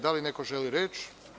Da li neko želi reč?